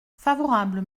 favorable